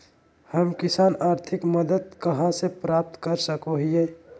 हम किसान आर्थिक मदत कहा से प्राप्त कर सको हियय?